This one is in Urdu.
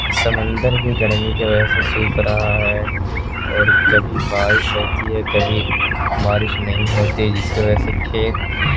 سمندر بھی گرمی کی وجہ سے سوکھ رہا ہے اور کبھی بارش ہوتی ہے کبھی بارش نہیں ہوتی جس کی وجہ سے کھیت